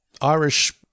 Irish